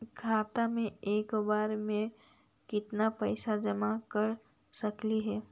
खाता मे एक बार मे केत्ना पैसा जमा कर सकली हे?